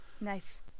Nice